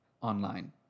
online